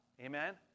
Amen